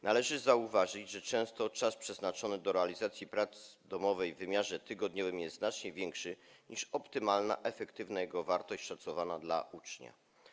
Należy zauważyć, że często czas przeznaczany na realizację pracy domowej w wymiarze tygodniowym jest znacznie większy niż optymalna, efektywna jego wartość szacowana w odniesieniu do ucznia.